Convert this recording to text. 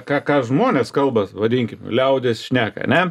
ką ką žmonės kalbas vadinki liaudis šneka ane